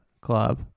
club